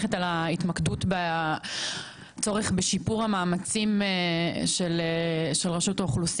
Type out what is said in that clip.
בשיפור המאמצים של רשות האוכלוסין בלהשיב כספים לבעליהם,